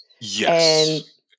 Yes